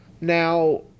Now